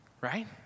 right